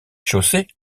chaussée